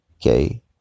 okay